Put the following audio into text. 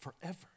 forever